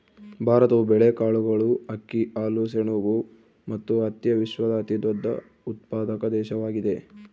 ಭಾರತವು ಬೇಳೆಕಾಳುಗಳು, ಅಕ್ಕಿ, ಹಾಲು, ಸೆಣಬು ಮತ್ತು ಹತ್ತಿಯ ವಿಶ್ವದ ಅತಿದೊಡ್ಡ ಉತ್ಪಾದಕ ದೇಶವಾಗಿದೆ